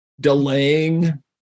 delaying